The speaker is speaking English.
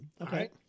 Okay